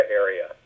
area